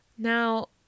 Now